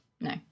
No